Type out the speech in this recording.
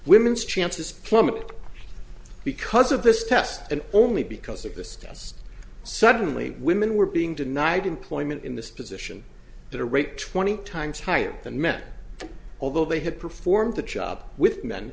women's chance to split up because of this test and only because of the stats suddenly women were being denied employment in this position at a rate twenty times higher than men although they had performed the job with men